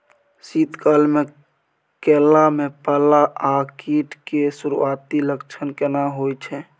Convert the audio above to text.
शीत काल में केला में पाला आ कीट के सुरूआती लक्षण केना हौय छै?